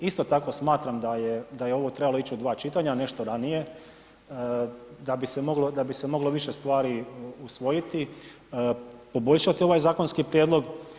Isto tako smatram da je ovo trebalo ići u dva čitanja, a ne što ranije, da bi se moglo više stvari usvojiti, poboljšati ovaj zakonski prijedlog.